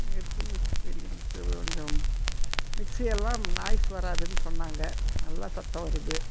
negative experience கொஞ்சம் mixie எல்லாம் noise வராதுன்னு சொன்னாங்கள் நல்லா சத்தம் வருது